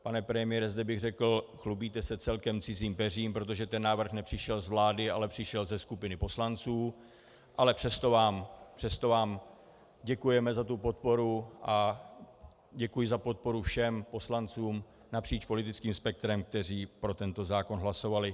Pane premiére, zde bych řekl, chlubíte se celkem cizím peřím, protože ten návrh nepřišel z vlády, ale přišel od skupiny poslanců, ale přesto vám děkujeme za podporu a děkuji za podporu všem poslancům napříč politickým spektrem, kteří pro tento zákon hlasovali.